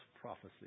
prophecy